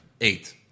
Eight